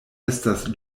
estas